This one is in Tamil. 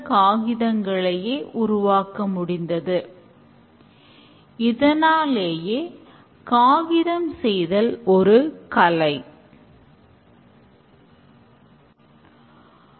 இந்த சிறிய குழுவானது தனக்குள்ளேயே யார் எந்த வேலை செய்ய வேண்டும் என முடிவெடுக்கும்